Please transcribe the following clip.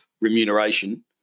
remuneration